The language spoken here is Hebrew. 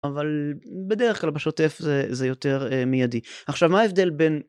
אבל בדרך כלל בשוטף זה יותר מיידי. עכשיו, מה ההבדל בין...